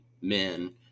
men